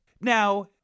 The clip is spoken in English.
Now